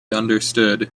understood